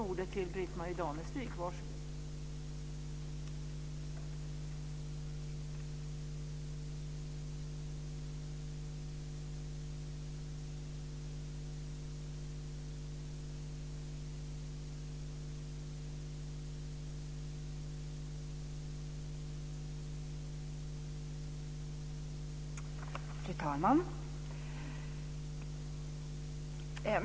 Fru talman!